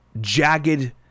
jagged